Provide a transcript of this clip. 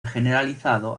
generalizado